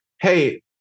hey